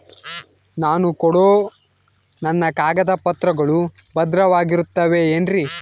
ನಾನು ಕೊಡೋ ನನ್ನ ಕಾಗದ ಪತ್ರಗಳು ಭದ್ರವಾಗಿರುತ್ತವೆ ಏನ್ರಿ?